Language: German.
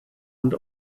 und